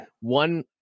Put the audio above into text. one